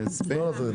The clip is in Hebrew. לא נתתי.